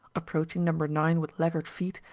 approaching number nine with laggard feet,